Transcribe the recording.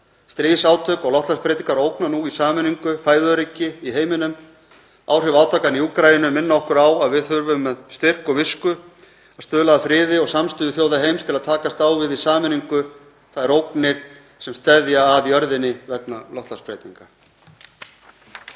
Stríðsátök og loftslagsbreytingar ógna nú í sameiningu fæðuöryggi í heiminum. Áhrif átakanna í Úkraínu minna okkur á að við þurfum með styrk og visku að stuðla að friði og samstöðu þjóða heims til að takast á í sameiningu við þær ógnir sem steðja að jörðinni vegna loftslagsbreytinga.